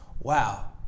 wow